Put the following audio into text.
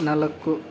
ನಾಲ್ಕು